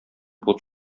булып